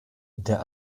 der